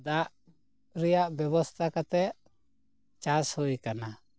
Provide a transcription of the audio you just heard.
ᱫᱟᱜ ᱨᱮᱭᱟᱜ ᱵᱮᱵᱚᱥᱛᱷᱟ ᱠᱟᱛᱮᱫ ᱪᱟᱥ ᱦᱩᱭ ᱟᱠᱟᱱᱟ